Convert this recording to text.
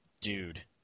dude